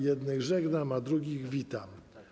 Jednych żegnam, a drugich witam.